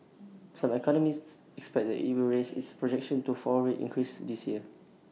some economists expect that IT will raise its projection to four rate increases this year